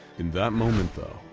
in that moment though,